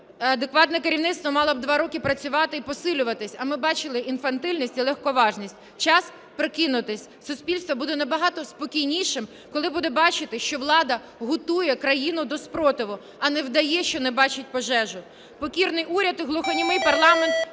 адекватне керівництво мало б два роки працювати і посилюватися, а ми бачили інфантильність і легковажність. Час прокинутися. Суспільство буде набагато спокійнішим, коли буде бачити, що влада готує країну до супротиву, а не вдає, що не бачить пожежу.